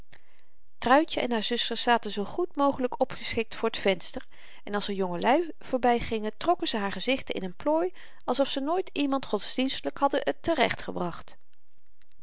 truitje en haar zusters zaten zoo goed mogelyk opgeschikt voor t venster en als er jongelui voorbygingen trokken ze haar gezichten in n plooi alsof ze nooit iemand godsdienstiglyk hadden terechtgebracht